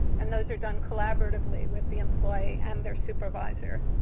and, those are done collaboratively with the employees and their supervisor.